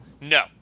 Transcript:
No